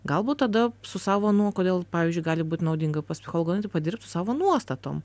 galbūt tada su savo nu o kodėl pavyzdžiui gali būt naudinga pas psichologą nu tai padirbt su savo nuostatom